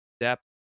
depth